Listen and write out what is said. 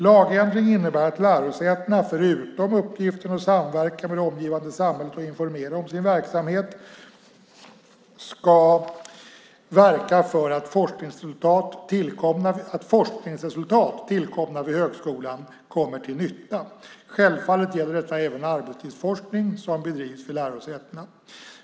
Lagändringen innebär att lärosätena, förutom uppgiften att samverka med det omgivande samhället och informera om sin verksamhet, ska verka för att forskningsresultat tillkomna vid högskolan kommer till nytta. Självfallet gäller detta även den arbetslivsforskning som bedrivs vid lärosätena.